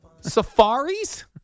Safaris